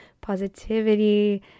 positivity